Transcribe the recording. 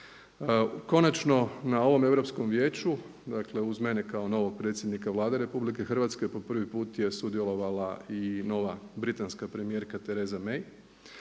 Konačno, na ovom Europskom vijeću dakle uz mene kao novog predsjednika Vlade Republike Hrvatske po prvi put je sudjelovala i nova britanska premijerka Theresa May